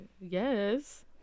Yes